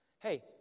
Hey